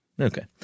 Okay